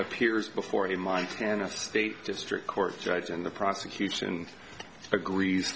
appears before the montana state district court judge and the prosecution agrees